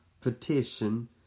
petition